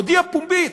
מודיע פומבית.